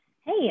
Hey